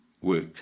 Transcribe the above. work